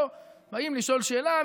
לא שבאים לשאול שאלה,